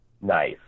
nice